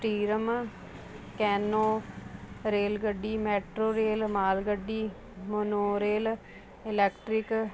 ਸਟੀਰਮ canoe ਰੇਲਗੱਡੀ metro rail ਮਾਲ ਗੱਡੀ ਮੋਨੋਰੇਲ ਇਲੈਕਟ੍ਰਿਕ